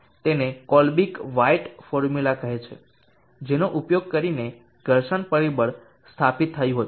તેને Colebrook White formula કહે છે તેનો ઉપયોગ કરીને ઘર્ષણ પરિબળ સ્થાપિત થયું હતું